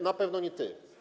Na pewno nie ty.